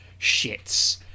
shits